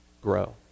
grow